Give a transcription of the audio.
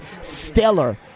stellar